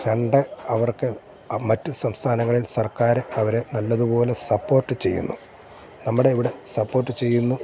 രണ്ട് അവർക്ക് ആ മറ്റു സംസ്ഥാനങ്ങളിൽ സർക്കാർ അവരെ നല്ലത്പോലെ സപ്പോർട്ട് ചെയ്യുന്നു നമ്മുടെ ഇവിടെ സപ്പോർട്ട് ചെയ്യുന്നു